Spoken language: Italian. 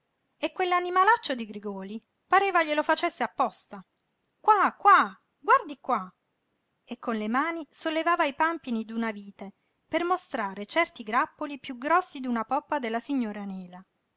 e quell'animalaccio di grigòli pareva glielo facesse apposta qua qua guardi qua e con le mani sollevava i pampini d'una vite per mostrare certi grappoli piú grossi d'una poppa della signora nela